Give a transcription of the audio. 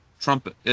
Trump